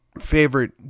favorite